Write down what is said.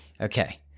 Okay